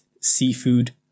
seafood